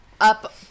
Up